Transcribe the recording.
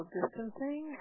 distancing